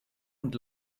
und